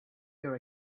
your